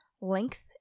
length